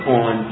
on